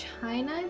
China